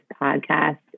podcast